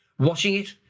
washing it,